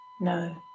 No